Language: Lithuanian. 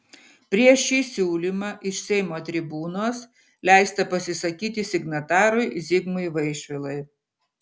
prieš šį siūlymą iš seimo tribūnos leista pasisakyti signatarui zigmui vaišvilai